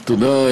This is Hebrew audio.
תודה,